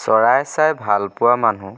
চৰাই চাই ভাল পোৱা মানুহ